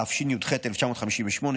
התשי"ח 1958,